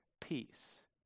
peace